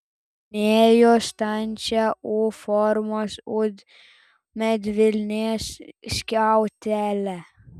čiupinėjo standžią u formos medvilnės skiautelę